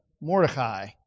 Mordecai